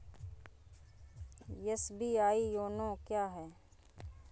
SBI YONO क्या है?